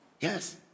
Yes